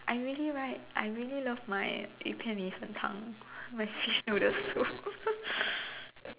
I really right I really love my 鱼片米粉汤 my fish noodle soup